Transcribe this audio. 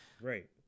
right